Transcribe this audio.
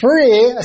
free